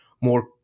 more